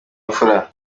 imfura